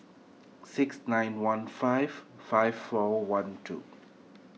six nine one five five four one two